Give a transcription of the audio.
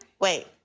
wait.